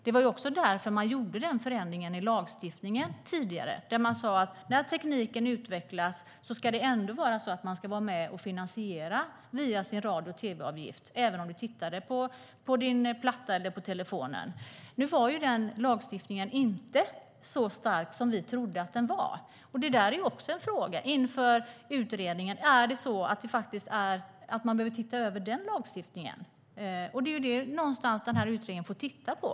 Det var också därför det gjordes en förändring i lagstiftningen, som innebär att när tekniken utvecklas ska man ändå vara med och finansiera via sin radio och tv-avgift - även om man tittar på sin platta eller i telefonen. Nu var inte den lagstiftningen så stark som vi trodde. Det är också en fråga för utredningen att se på om den lagstiftningen behöver ses över. Det får utredningen titta på.